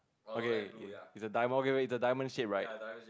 okay is a diam~ okay it's a diamond shape right